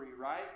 right